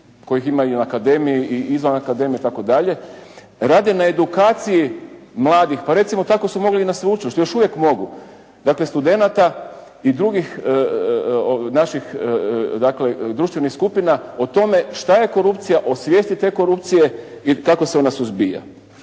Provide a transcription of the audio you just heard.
kojih ima i na akademiji i izvan akademije itd. rade na edukaciji mladih. Pa recimo tako su mogli i na sveučilištu, još uvijek mogu, dakle studenata i drugih naših društvenih skupina o tome što je korupcija, o svijesti te korupcije i kako se ona suzbija,